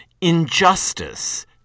Injustice